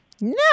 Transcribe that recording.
No